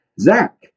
Zach